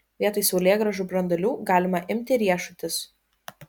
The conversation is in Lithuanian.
vietoj saulėgrąžų branduolių galima imti riešutus